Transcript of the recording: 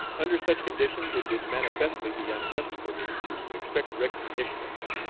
under such conditions it would manifestly be unjust for me to expect recognition of them,